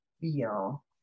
feel